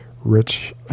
rich